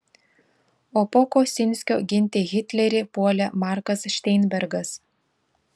o po kosinskio ginti hitlerį puolė markas šteinbergas